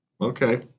okay